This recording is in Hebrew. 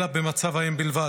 אלא במצב האם בלבד.